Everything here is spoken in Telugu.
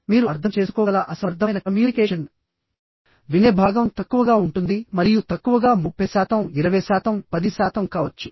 మీరు అర్థం చేసుకోగల అసమర్థమైన కమ్యూనికేషన్ వినే భాగం తక్కువగా ఉంటుంది మరియు తక్కువగా 30 శాతం 20 శాతం 10 శాతం కావచ్చు